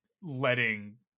letting